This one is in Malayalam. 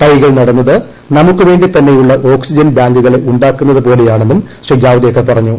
തൈകൾ നടുന്നത് നമുക്കുവേണ്ടി തന്നെയുള്ള ഓക്സിജൻ ബാങ്കുകളെ ഉണ്ടാക്കുന്നതുപോലെയാണെന്നും ശ്രീ ജാവ്ദേക്കർ പറഞ്ഞു